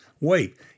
Wait